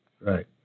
Right